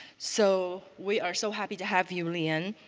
so we are so happy to have you, lee ann.